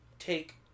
Take